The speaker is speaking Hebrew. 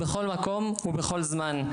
בכל מקום ובכל זמן.